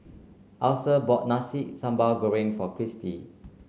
Alesha bought Nasi Sambal Goreng for Christie